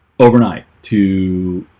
overnight to